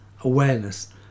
awareness